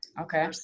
Okay